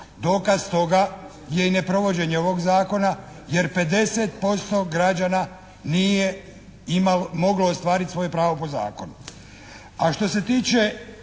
Dokaz toga je i neprovođenje ovog Zakona jer 50% građana nije moglo ostvariti svoje pravo po zakonu.